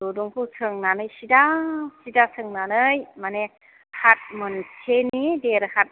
दुरुंखौ सोंनानै सिदा सिदा सोंनानै माने हाथ मोनसेनि देरहाथ